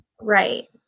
Right